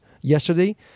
Yesterday